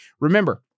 Remember